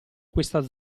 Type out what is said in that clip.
questa